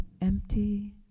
empty